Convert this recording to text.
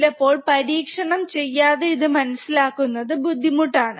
ചിലപ്പോൾ പരീക്ഷണം ചെയ്യാതെ ഇത് മനസിലാകുന്നത് ബുദ്ധിമുട്ടാണ്